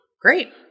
Great